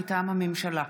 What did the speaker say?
מטעם הממשלה: